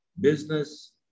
Business